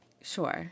Sure